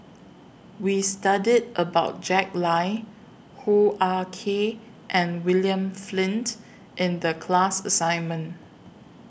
We studied about Jack Lai Hoo Ah Kay and William Flint in The class assignment